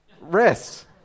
Rest